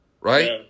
Right